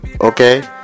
okay